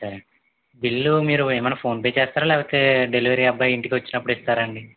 సరే అండీ బిల్లు మీరు ఏమైనా ఫోన్ పే చేస్తారా లేకపోతే డెలివరీ అబ్బాయి ఇంటికొచ్చినప్పుడు ఇస్తారా అండీ